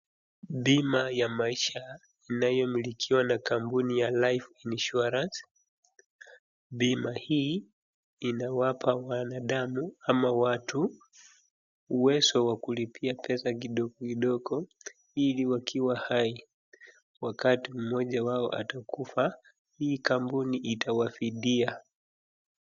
Bima ya maisha inayomilikiwa na Kampuni ya Life insurance, bima hii inawapa wanadamu ama watu uwezo wa kulipia pesa kidogo kidogo ili wakiwa hai wakati mmoja wao atakufa hii kampuni itawafidia.